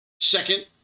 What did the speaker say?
Second